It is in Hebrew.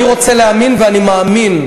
אני רוצה להאמין ואני מאמין,